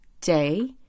day